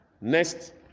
next